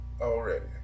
Already